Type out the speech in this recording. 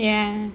ya